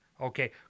Okay